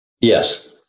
Yes